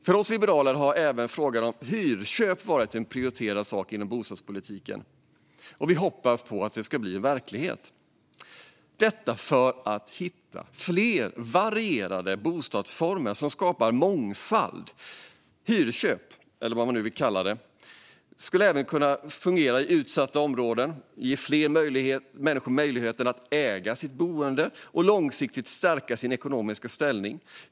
För oss liberaler har även hyrköp varit en prioriterad sak inom bostadspolitiken, och vi hoppas att det ska bli verklighet, detta för att hitta fler varierade bostadsformer som skapar mångfald. Hyrköp, eller vad man nu vill kalla det, skulle även kunna fungera i utsatta områden. Det ger fler människor möjligheten att äga sitt boende och långsiktigt stärka sin ekonomiska ställning.